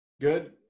good